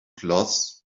cloths